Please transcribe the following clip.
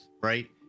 right